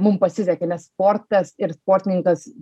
mum pasisekė nes sportas ir sportininkas